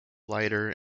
lighter